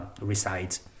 resides